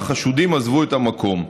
והחשודים עזבו את המקום.